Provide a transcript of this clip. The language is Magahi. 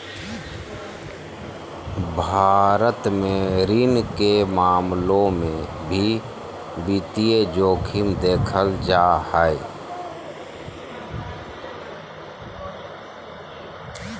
भारत मे ऋण के मामलों मे भी वित्तीय जोखिम देखल जा हय